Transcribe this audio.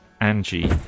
Angie